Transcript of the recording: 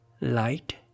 light